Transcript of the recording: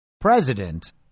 president